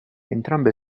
entrambe